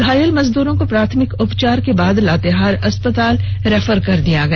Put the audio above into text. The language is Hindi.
घायल मजदूरों को प्राथमिक उपचार के बाद लातेहार अस्पताल रेफर कर दिया गया